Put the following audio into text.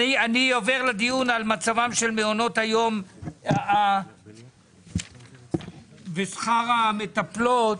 אני עובר לדיון על מצבם של מעונות היום ושכר המטפלות.